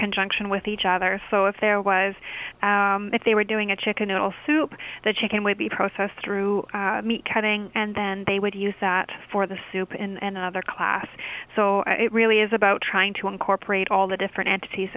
conjunction with each other so if there was if they were doing a chicken noodle soup that chicken would be processed through meat cutting and then they would use that for the soup and other class so it really is about trying to incorporate all the different entities